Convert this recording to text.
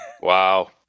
Wow